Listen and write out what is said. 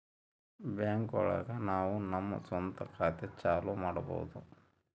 bank ಒಳಗ ನಾವು ನಮ್ ಸ್ವಂತ ಖಾತೆ ಚಾಲೂ ಮಾಡ್ಬೋದು